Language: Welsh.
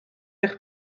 eich